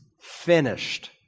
finished